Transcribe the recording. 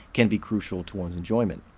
can be crucial to one's enjoyment.